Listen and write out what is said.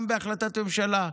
גם בהחלטת ממשלה,